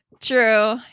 true